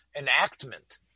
enactment